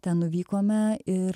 ten nuvykome ir